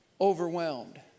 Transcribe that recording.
overwhelmed